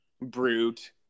brute